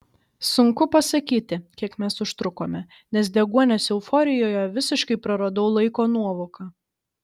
sunku pasakyti kiek mes užtrukome nes deguonies euforijoje visiškai praradau laiko nuovoką